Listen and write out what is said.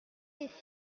les